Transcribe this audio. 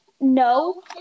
No